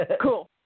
Cool